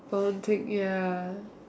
oh take ya